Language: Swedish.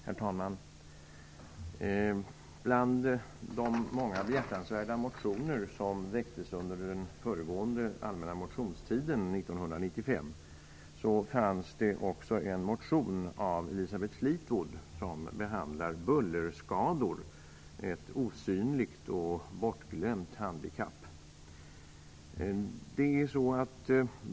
Herr talman! Bland de många behjärtansvärda motioner som väcktes under den föregående allmänna motionstiden 1995 fanns det även en motion av Elisabeth Fleetwood som behandlar bullerskador. Det är ett osynligt och bortglömt handikapp.